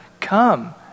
come